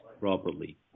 properly